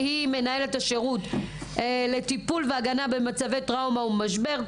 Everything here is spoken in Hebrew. מנהלת השירות לטיפול והגנה במצבי טראומה ומשבר,